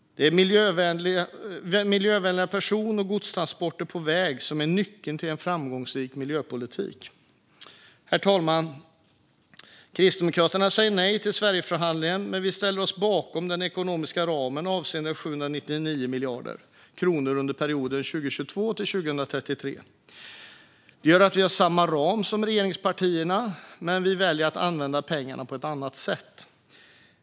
Det är miljövänliga person och godstransporter på väg som är nyckeln till en framgångsrik miljöpolitik. Herr talman! Kristdemokraterna säger nej till Sverigeförhandlingen, men vi ställer oss bakom den ekonomiska ramen avseende 799 miljarder kronor under perioden 2022-2033. Det gör att vi har samma ram som regeringspartierna, men vi väljer att använda pengarna på ett annat sätt.